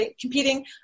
competing